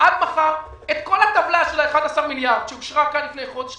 את כל הטבלה של 11 מיליארד שאושרה כאן לפני חודש,